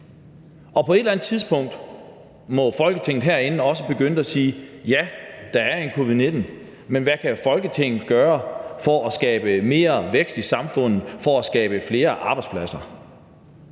Og på et eller andet tidspunkt må Folketinget også begynde at sige: Ja, der er covid-19, men hvad kan Folketinget gøre for at skabe mere vækst i samfundet, for at skabe flere arbejdspladser?